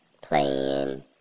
playing